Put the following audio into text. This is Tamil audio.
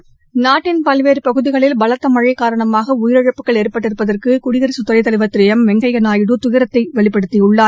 நாட்டின் பல்வேறு பகுதிகளில் பலத்த மளழ காரணமாக உயிரிழப்புகள் ஏற்பட்டிருப்பதற்கு குடியரசு துணைத்தலைவர் திரு எம் வெங்கையா நாயுடு துயரத்தை வெளிப்படுத்தியுள்ளார்